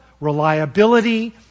reliability